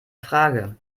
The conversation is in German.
frage